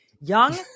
young